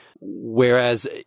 Whereas